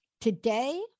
today